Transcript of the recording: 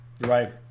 right